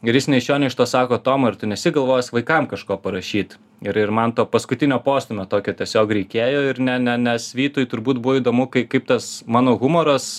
ir jis nei iš šio nei iš to sako tomai ar tu nesi galvojęs vaikam kažko parašyt ir ir man to paskutinio postūmio tokio tiesiog reikėjo ir ne ne nes vytui turbūt buvo įdomu kai kaip tas mano humoras